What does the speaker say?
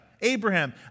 Abraham